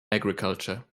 agriculture